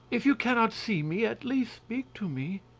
if you cannot see me, at least speak to me.